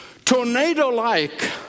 tornado-like